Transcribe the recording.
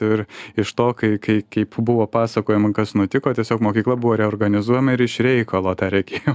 ir iš to kai kaip buvo pasakojama kas nutiko tiesiog mokykla buvo reorganizuojama ir iš reikalo tą reikėjo